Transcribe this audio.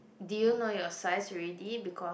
did you know your size already because I